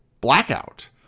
blackout